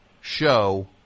show